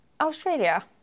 Australia